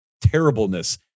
terribleness